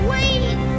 Wait